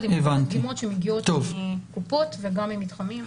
עם כל הדגימות שמגיעות מהקופות וגם מהמתחמים.